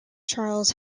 charles